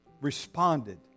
responded